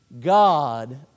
God